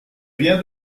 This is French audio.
rien